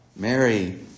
Mary